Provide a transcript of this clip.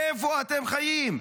איפה אתם חיים?